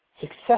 success